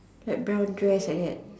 like brown dress like that